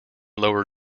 lower